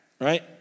right